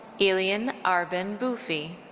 elion arben bufi.